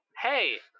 Hey